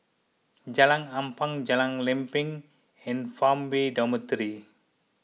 Jalan Ampang Jalan Lempeng and Farmway Dormitory